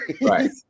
right